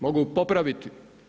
Mogu popraviti.